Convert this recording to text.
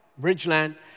Bridgeland